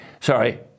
Sorry